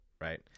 right